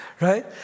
Right